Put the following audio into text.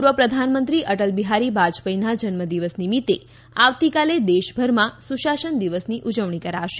પૂર્વ પ્રધાનમંત્રી અટલ બિહારી બાજપાઇના જન્મ દિવસ નિમિત્તે આવતીકાલે દેશભરમાં સુશાસન દિવસની ઉવજણી કરાશે